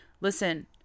listen